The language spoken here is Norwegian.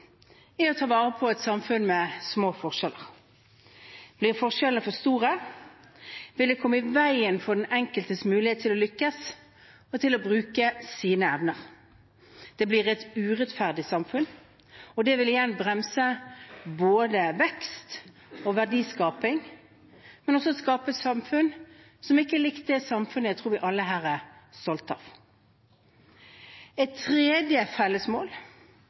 er å ta vare på et samfunn med små forskjeller. Blir forskjellene for store, vil det komme i veien for den enkeltes mulighet til å lykkes og til å bruke sine evner. Det blir et urettferdig samfunn. Det vil igjen bremse både vekst og verdiskaping, men også skape et samfunn som ikke er likt det samfunnet jeg tror vi alle her er stolte av. Et tredje